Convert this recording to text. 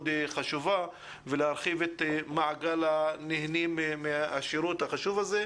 חשובה ולהרחיב את מעגל הנהנים מהשירות החשוב הזה.